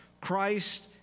Christ